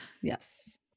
Yes